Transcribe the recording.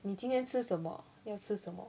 你今天吃什么要吃什么